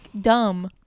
dumb